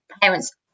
parents